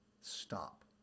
stop